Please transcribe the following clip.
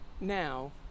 now